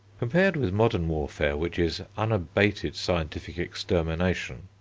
compared with modern warfare, which is unabated scientific extermination,